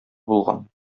булган